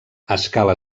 escala